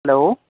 hello